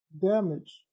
damage